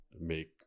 make